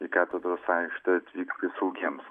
į katedros aikštę atvykti saugiems